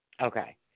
Okay